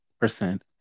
percent